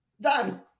Done